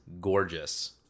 gorgeous